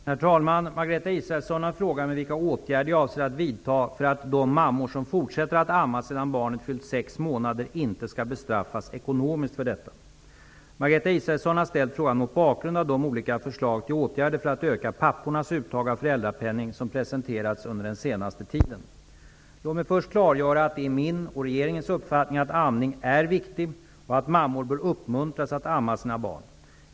Herr talman! Margareta Israelsson har frågat mig vilka åtgärder jag avser att vidta för att de mammor som fortsätter att amma sedan barnet fyllt sex månader inte skall bestraffas ekonomiskt för detta. Margareta Israelsson har ställt frågan mot bakgrund av de olika förslag till åtgärder för att öka pappornas uttag av föräldrapenning som har presenterats under den senaste tiden. Låt mig först klargöra att det är min och regeringens uppfattning att amning är viktig och att mammor bör uppmuntras att amma sina barn.